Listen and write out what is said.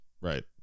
Right